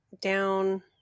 down